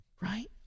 Right